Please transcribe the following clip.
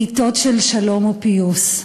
בעתות של שלום ופיוס.